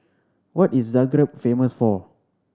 what is Zagreb famous for